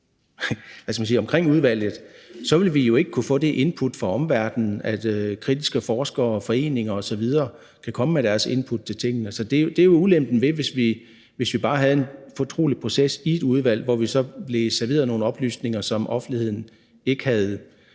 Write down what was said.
omkring udvalget, vil vi jo ikke kunne få det input fra omverdenen, altså fra kritiske forskere, foreninger osv., som kan komme med deres input til tingene. Så det er jo ulempen, hvis vi bare har en fortrolig proces i et udvalg, hvor vi så får serveret nogle oplysninger, som offentligheden ikke har